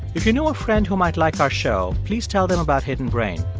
if you know a friend who might like our show, please tell them about hidden brain.